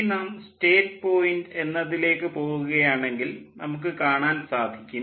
ഇനി നാം state point എന്നതിലേക്ക് പോകുകയാണെങ്കിൽ നമുക്ക് കാണാൻ സാധിക്കും